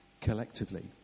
collectively